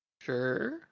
Sure